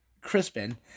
Crispin